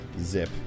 zip